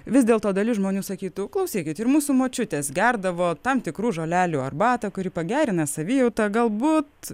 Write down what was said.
vis dėlto dalis žmonių sakytų klausykit ir mūsų močiutės gerdavo tam tikrų žolelių arbatą kuri pagerina savijautą galbūt